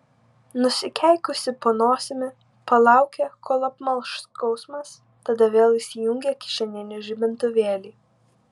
nusikeikusi po nosimi palaukė kol apmalš skausmas tada vėl įsijungė kišeninį žibintuvėlį